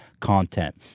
content